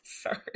sorry